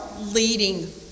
leading